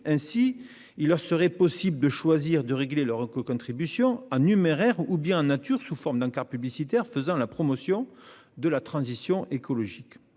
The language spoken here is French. Ainsi, il leur serait possible de choisir de régler leur écocontribution en numéraire ou bien en nature, c'est-à-dire sous forme d'encarts publicitaires faisant la promotion de la transition écologique.